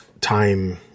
time